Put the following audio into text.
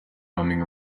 bumming